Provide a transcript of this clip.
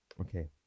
Okay